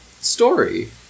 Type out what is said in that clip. story